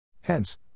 Hence